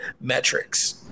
metrics